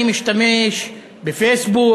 אני משתמש בפייסבוק,